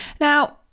Now